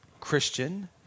Christian